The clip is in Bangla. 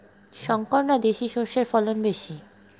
শংকর না দেশি সরষের ফলন বেশী?